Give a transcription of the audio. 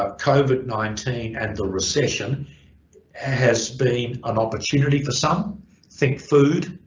ah covid nineteen and the recession has been an opportunity for some think food,